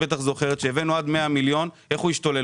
כשהבאנו 100 מיליון, איך הוא השתולל